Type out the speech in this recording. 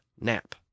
nap